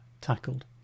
tackled